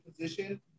position